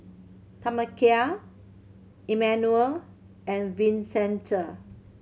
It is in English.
Tamekia Emanuel and Vincenza